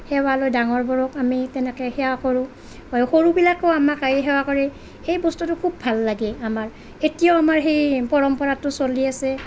সেৱা লৈ ডাঙৰবোৰক আমি তেনেকে সেৱা কৰোঁ সৰুবিলাকেও আমাক আহি সেৱা কৰে সেই বস্তুটো খুব ভাল লাগে আমাৰ এতিয়াও আমাৰ সেই পৰম্পৰাটো চলি আছে